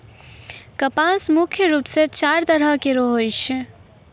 कपास मुख्य रूप सें चार तरह केरो होय छै